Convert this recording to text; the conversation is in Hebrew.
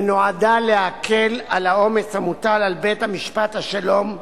ונועדה להקל על העומס המוטל על בית-משפט השלום,